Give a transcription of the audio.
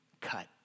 cut